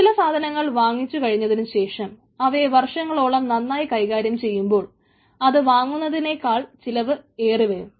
ചില സാധനങ്ങൾ വാങ്ങിച്ചു കഴിഞ്ഞതിനുശേഷം അവയെ വർഷങ്ങളോളം നന്നായി കൈകാര്യം ചെയ്യുമ്പോൾ അത് വാങ്ങുന്നതിനേക്കാൾ ചിലവ് ഏറി വരും